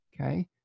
Okay